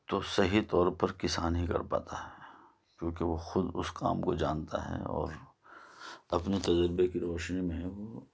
تو صحیح طور پر کسان ہی کر پاتا ہے کیونکہ وہ خود اس کام کو جانتا ہے اور اپنی تجربے کی روشنی میں وہ